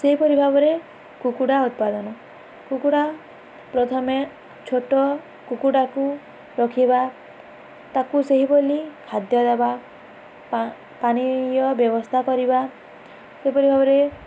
ସେହିପରି ଭାବରେ କୁକୁଡ଼ା ଉତ୍ପାଦନ କୁକୁଡ଼ା ପ୍ରଥମେ ଛୋଟ କୁକୁଡ଼ାକୁ ରଖିବା ତାକୁ ସେହି ବୋଲି ଖାଦ୍ୟ ଦେବା ପାନୀୟ ବ୍ୟବସ୍ଥା କରିବା ସେହିପରି ଭାବରେ